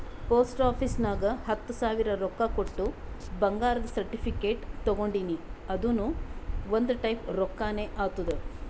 post office ನಾಗ್ ಹತ್ತ ಸಾವಿರ ರೊಕ್ಕಾ ಕೊಟ್ಟು ಬಂಗಾರದ ಸರ್ಟಿಫಿಕೇಟ್ ತಗೊಂಡಿನಿ ಅದುನು ಒಂದ್ ಟೈಪ್ ರೊಕ್ಕಾನೆ ಆತ್ತುದ್